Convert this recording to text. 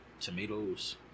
tomatoes